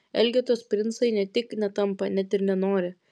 elgetos princai ne tik netampa net ir nenori